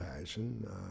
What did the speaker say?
passion